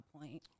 point